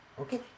Okay